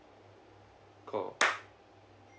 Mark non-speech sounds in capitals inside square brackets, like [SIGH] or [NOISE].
call [NOISE]